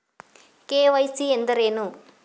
KYC ಎಂದರೇನು?